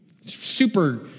super